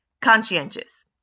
Conscientious